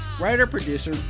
writer-producer